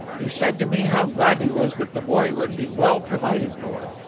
he said to me how glad he was that the boy would be well provided for.